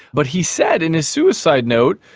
but he said in his suicide note,